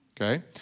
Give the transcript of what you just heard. okay